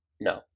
no